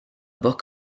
book